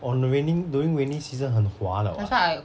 on the raining during raining season 很滑的 [what]